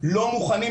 לא מוכנים,